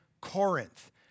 Corinth